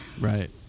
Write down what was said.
Right